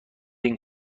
این